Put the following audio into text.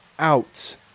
out